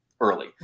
early